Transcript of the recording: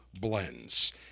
blends